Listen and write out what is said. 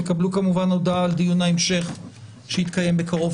תקבלו כמובן הודעה על דיון ההמשך שיתקיים בקרוב.